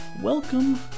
Welcome